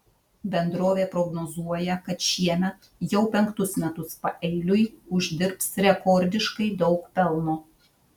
bendrovė prognozuoja kad šiemet jau penktus metus paeiliui uždirbs rekordiškai daug pelno